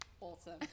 Awesome